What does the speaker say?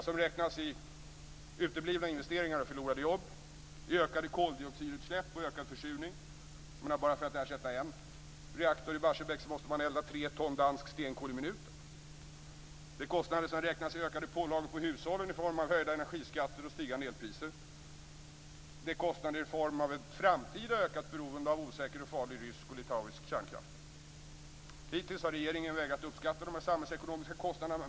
Den räknas i uteblivna investeringar och förlorade jobb, i ökade koldioxidutsläpp och ökad försurning - bara för att ersätta en reaktor i Barsebäck måste man elda tre ton dansk stenkol i minuten - i ökade pålagor på hushållen i form av höjda energiskatter och stigande elpriser och i framtida ökat beroende av osäker och farlig rysk och litauisk kärnkraft. Hittills har regeringen vägrat att uppskatta dessa samhällsekonomiska kostnader.